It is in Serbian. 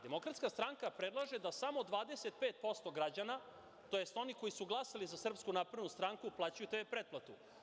Demokratska stranka predlaže da samo 25% građana, tj. oni koji su glasali za SNS plaćaju TV pretplatu.